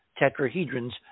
tetrahedrons